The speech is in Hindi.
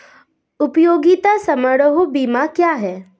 उपयोगिता समारोह बीमा क्या है?